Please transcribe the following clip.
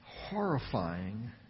horrifying